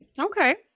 Okay